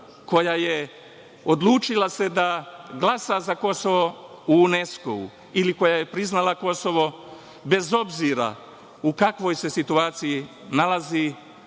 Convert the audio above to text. koja se odlučila da glasa za Kosovo u UNESKO-u ili koja je priznala Kosovo, bez obzira u kakvoj se situaciji nalazi, mora